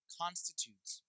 constitutes